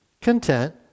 content